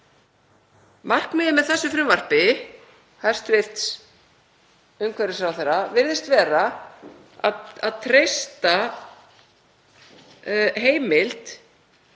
Markmiðið með þessu frumvarpi hæstv. umhverfisráðherra virðist vera að treysta heimild